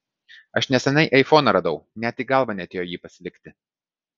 aš neseniai aifoną radau net į galvą neatėjo jį pasilikti